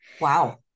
Wow